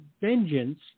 vengeance